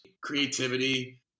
Creativity